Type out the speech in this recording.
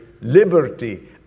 liberty